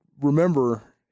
remember